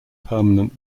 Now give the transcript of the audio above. permanent